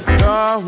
Star